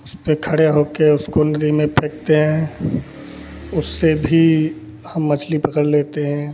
उसपर खड़े होकर उसको नदी में फेंकते हैं उससे भी हम मछली पकड़ लेते हैं